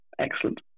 excellent